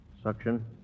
Suction